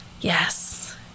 yes